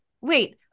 Wait